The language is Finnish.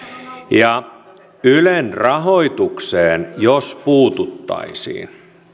ylen rahoitukseen jos puututtaisiin